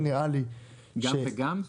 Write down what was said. גם וגם?